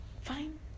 Fine